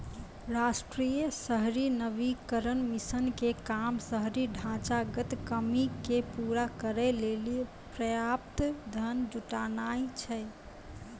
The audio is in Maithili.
राष्ट्रीय शहरी नवीकरण मिशन के काम शहरी ढांचागत कमी के पूरा करै लेली पर्याप्त धन जुटानाय छै